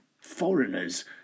foreigners